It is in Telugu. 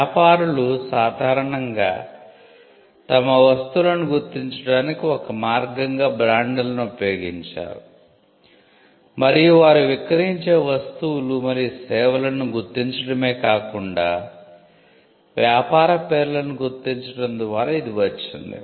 వ్యాపారులు సాధారణంగా తమ వస్తువులను గుర్తించడానికి ఒక మార్గంగా బ్రాండ్లను ఉపయోగించారు మరియు వారు విక్రయించే వస్తువులు మరియు సేవలను గుర్తించడమే కాకుండా వ్యాపార పేర్లను గుర్తించడం ద్వారా ఇది వచ్చింది